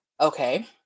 okay